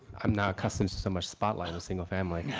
i'm not accustomed to so much spotlight of single family.